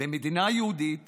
במדינה יהודית